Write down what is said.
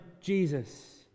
jesus